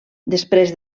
després